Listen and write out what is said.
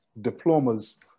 diplomas